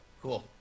cool